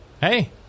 hey